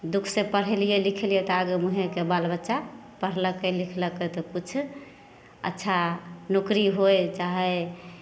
दुखसे पढ़ेलिए लिखेलिए तऽ आगू मुँहेके बाल बच्चा पढ़लकै लिखलकै तऽ किछु अच्छा नौकरी होइ चाहे